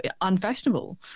unfashionable